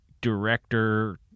director